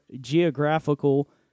geographical